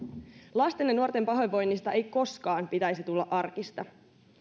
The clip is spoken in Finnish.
lasten ja nuorten pahoinvoinnista ei koskaan pitäisi tulla arkista